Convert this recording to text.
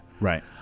right